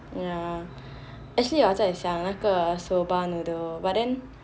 ya actually 有在想那个 soba noodle but then